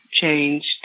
changed